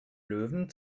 löwen